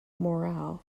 morale